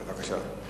בבקשה.